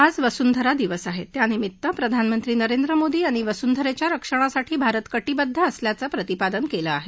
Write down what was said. आज वसुंधरा दिवस आहा त्यानिमित्त प्रधानमंत्री नरेंद्र मोदी यांनी वसुंधरघ्या रक्षणासाठी भारत कटीबद्द असल्याचं प्रतिपादन कलिय